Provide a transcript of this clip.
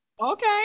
Okay